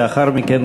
לאחר מכן,